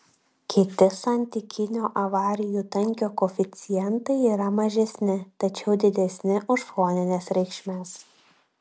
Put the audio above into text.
kiti santykinio avarijų tankio koeficientai yra mažesni tačiau didesni už fonines reikšmes